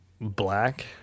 black